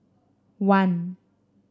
one